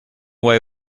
way